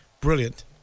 brilliant